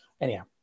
anyhow